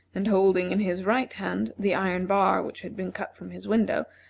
and holding in his right hand the iron bar which had been cut from his window,